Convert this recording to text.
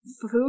food